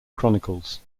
chronicles